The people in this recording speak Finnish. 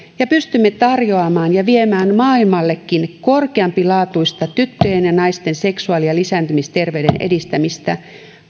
ja pystymme tarjoamaan ja viemään maailmallekin korkeampilaatuista tyttöjen ja naisten seksuaali ja lisääntymisterveyden edistämistä